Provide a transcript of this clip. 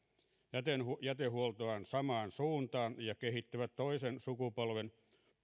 jätehuoltoaan samaan suuntaan ja kehittävät toisen sukupolven